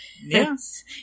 Yes